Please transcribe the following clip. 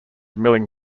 milling